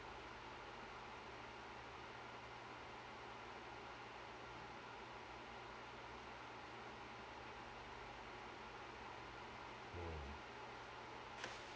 oh